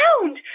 found